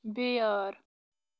بیٲر